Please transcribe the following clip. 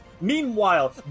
Meanwhile